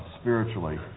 spiritually